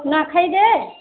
ନୂଆଁଖାଇ ଯେ